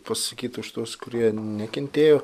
pasakyt už tuos kurie nekentėjo